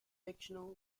fictional